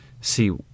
see